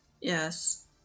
Yes